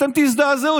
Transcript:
אתם תזדעזעו.